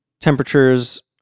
Temperatures